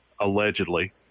allegedly